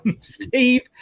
Steve